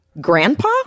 grandpa